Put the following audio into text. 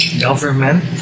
government